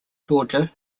georgia